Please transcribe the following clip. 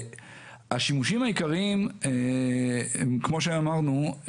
השימושים העיקריים הם כמו שאמרנו,